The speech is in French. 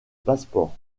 passeport